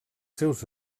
seus